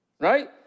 Right